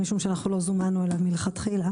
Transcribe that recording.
משום שאנחנו לא זומנו אליו מלכתחילה.